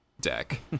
deck